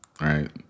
right